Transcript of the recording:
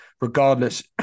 regardless